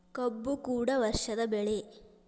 ಕಬ್ಬು ಕೂಡ ವರ್ಷದ ಬೆಳೆ